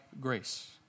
grace